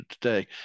today